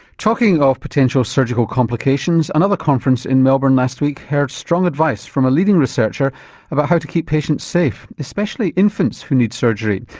talking of potential surgical complications, another conference in melbourne last week heard strong advice from a leading researcher about how to keep patients safe, especially infants who need surgery.